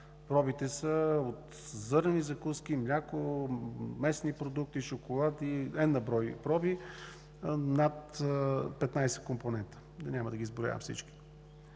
Пробите са от зърнени закуски, мляко, месни продукти, шоколад и n на брой проби – над 15 компонента, но няма да ги изброявам всичките.